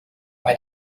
bei